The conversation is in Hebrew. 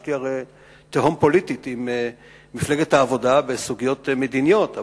יש הרי תהום פוליטית ביני למפלגת העבודה בסוגיות מדיניות,